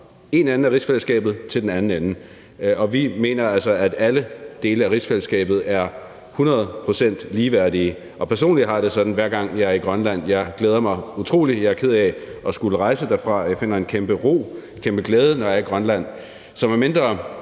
den ende af rigsfællesskabet til den anden ende, og vi mener altså, at alle dele af rigsfællesskabet er hundrede procent ligeværdige. Personligt har jeg det sådan, at hver gang jeg er i Grønland, glæder det jeg mig utroligt. Jeg er ked af at skulle rejse derfra. Jeg finder en kæmpe ro, en kæmpe glæde, når jeg er i Grønland. Så medmindre